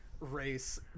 race